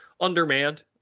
undermanned